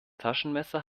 taschenmesser